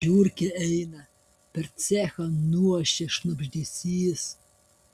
žiurkė eina per cechą nuošia šnabždesys